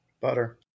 Butter